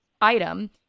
item